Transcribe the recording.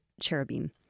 cherubim